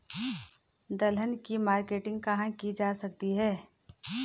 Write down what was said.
दलहन की मार्केटिंग कहाँ की जा सकती है?